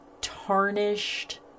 tarnished